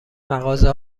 مغازه